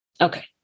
Okay